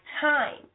time